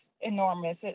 enormous